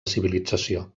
civilització